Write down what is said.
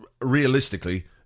realistically